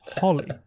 holly